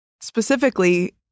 specifically